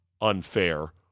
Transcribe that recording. unfair